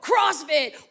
CrossFit